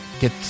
get